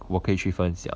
我可以去分享